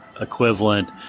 equivalent